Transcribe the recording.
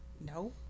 No